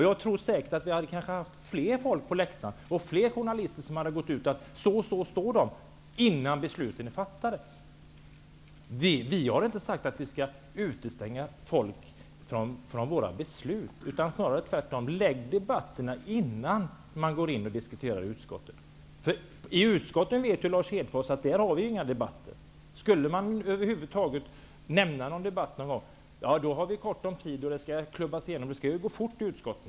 Jag tror säkert att det skulle ha varit fler människor på läktaren och fler journalister som lyssnade till debatterna om de hade kunnat gå ut och säga hur det förhåller sig innan beslutet fattas. Vi har inte sagt att vi skall utestänga någon från våra beslut, snarare tvärtom. Vi vill att debatterna skall föras innan man behandlar ärendena i utskotten. Lars Hedfors vet ju att det inte förs några debatter i utskotten. Om man skulle vilja föra en debatt där någon gång, är det dåligt med tid, och allt skall klubbas igenom. Det skall ju gå fort i utskottet.